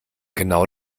genau